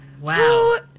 wow